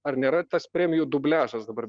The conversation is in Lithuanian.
ar nėra tas premijų dubliažas dabar